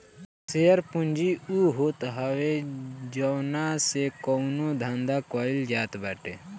share पूंजी उ होत हवे जवना से कवनो धंधा कईल जात बाटे